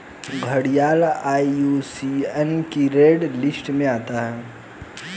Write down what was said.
घड़ियाल आई.यू.सी.एन की red list में आता है